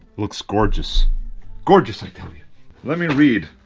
looks gorgeous gorgeous, i tell you let me read,